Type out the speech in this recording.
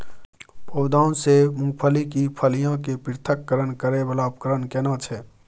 पौधों से मूंगफली की फलियां के पृथक्करण करय वाला उपकरण केना छै?